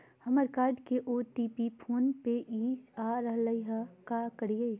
हमर कार्ड के OTP phone पे नई आ रहलई हई, का करयई?